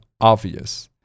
obvious